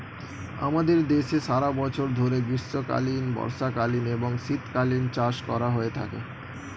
আমাদের দেশে সারা বছর ধরে গ্রীষ্মকালীন, বর্ষাকালীন এবং শীতকালীন চাষ করা হয়ে থাকে